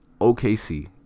OKC